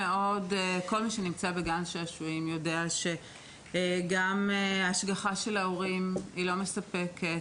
כל מי שנמצא בגן שעשועים יודע שהשגחה של ההורים היא לא מספקת,